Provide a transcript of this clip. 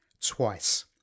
twice